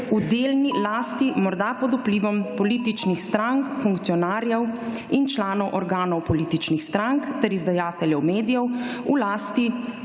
v delni lasti oziroma pod vplivom političnih strank, funkcionarjev in članov organov političnih strank ter izdajateljev medijev v lasti